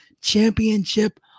Championship